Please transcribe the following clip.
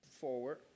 Forward